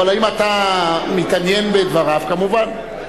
אבל אם אתה מתעניין בדבריו, כמובן.